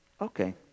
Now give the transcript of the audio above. Okay